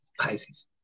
Pisces